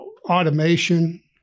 automation